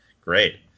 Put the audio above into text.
Great